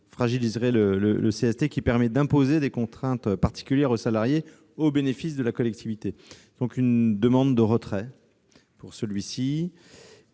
fragiliserait le CST, qui permet d'imposer des contraintes particulières aux salariés, au bénéfice de la collectivité. Je souhaite le retrait de cet